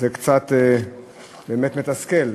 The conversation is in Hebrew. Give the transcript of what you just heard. זה באמת קצת מתסכל.